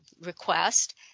request